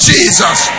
Jesus